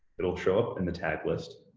it'll show up in the tag list,